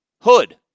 hood